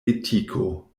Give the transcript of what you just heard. etiko